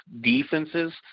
defenses